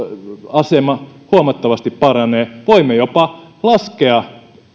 asema huomattavasti paranee voimme jopa laskea